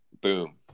boom